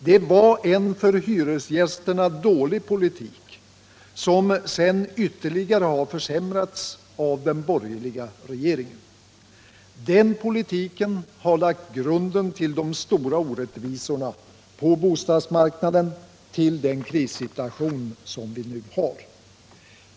Det var en för hyresgästerna dålig politik som sedan ytterligare har försämrats av den borgerliga regeringen. Denna politik har lagt grunden till de stora orättvisorna på bostadsmarknaden, till den krissituation som vi nu har.